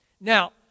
Now